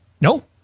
No